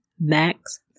Max